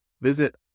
Visit